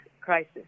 crisis